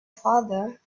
father